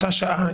אותה שעה,